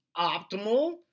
optimal